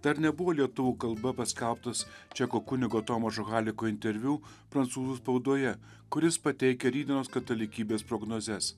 dar nebuvo lietuvių kalba paskelbtas čekų kunigo tomašo haliko interviu prancūzų spaudoje kur jis pateikia rytdienos katalikybės prognozes